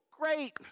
Great